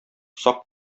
сак